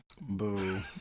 Boo